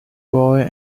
boy